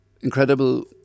incredible